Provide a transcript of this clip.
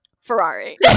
Ferrari